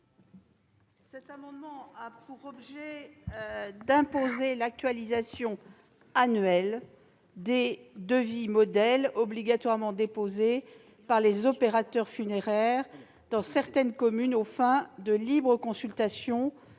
Cet amendement a pour objet d'imposer l'actualisation annuelle des devis modèles obligatoirement déposés par les opérateurs funéraires dans certaines communes aux fins de libre consultation